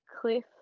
Cliff